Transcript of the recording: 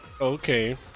okay